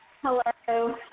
Hello